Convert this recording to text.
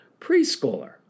preschooler